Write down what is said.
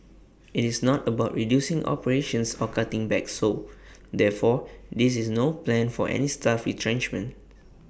IT is not about reducing operations or cutting back so therefore there is no plan for any staff retrenchments